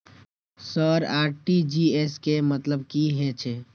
Sir RTGS के मतलब की हे छे?